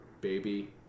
baby